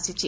ଆସିଛି